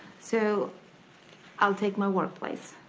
so i'll take my workplace.